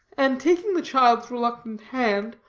and taking the child's reluctant hand,